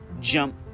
jump